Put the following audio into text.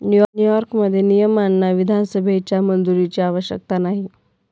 न्यूयॉर्कमध्ये, नियमांना विधानसभेच्या मंजुरीची आवश्यकता नाही